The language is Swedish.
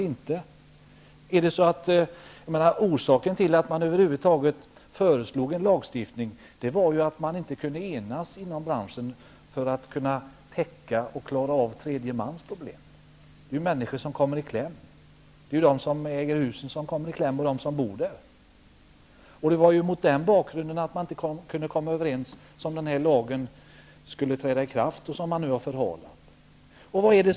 Anledningen till att vi över huvud taget föreslog en lagstiftning var att branschen inte kunde enas när det gäller att klara av tredje mans problem. Människor som äger husen och de som bor där kommer i kläm. Lagen kom ju till mot bakgrund av att branschen inte kunde komma överens, men nu har ikraftträdandet förhalats.